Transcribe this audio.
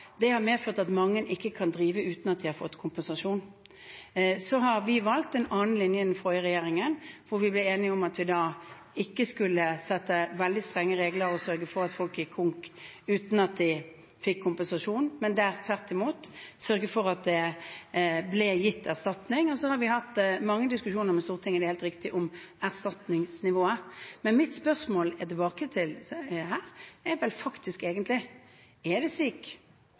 det har medført at mange ikke har kunnet drive uten å få kompensasjon. Vi i den forrige regjeringen valgte en annen linje, hvor vi ble enige om at vi ikke skulle sette veldig strenge regler og sørge for at folk gikk konk uten at de fikk kompensasjon, men der vi tvert imot sørget for at det ble gitt erstatning. Så har vi hatt mange diskusjoner med Stortinget, det er helt riktig, om erstatningsnivået. Mitt spørsmål tilbake er egentlig: Er det slik